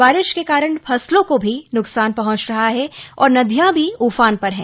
बारिश के कारण फसलों को भी नुकसान पहुंच रहा है और नदियां भी उफान पर है